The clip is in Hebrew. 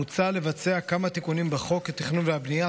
מוצע לבצע כמה תיקונים בחוק התכנון והבנייה,